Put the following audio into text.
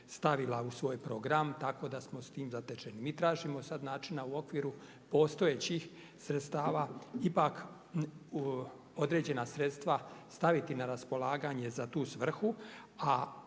stavila u svoj program tako da smo s tim zatečeni. Mi tražimo sad načina u okviru postojećih sredstava ipak određena sredstva staviti na raspolaganje za tu svrhu,